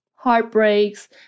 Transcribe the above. heartbreaks